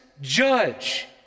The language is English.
judge